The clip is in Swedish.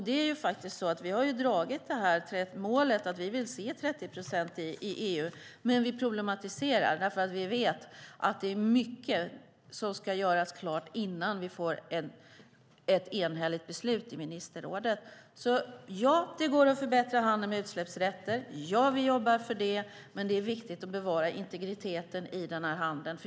Det är faktiskt så att vi har dragit målet att vi vill se 30 procent i EU, men vi problematiserar därför att vi vet att det är mycket som ska göras klart innan vi får ett enhälligt beslut i ministerrådet. Jag säger alltså: Ja, det går att förbättra handeln med utsläppsrätter, och ja, vi jobbar för det, men det är viktigt att bevara integriteten i denna handel.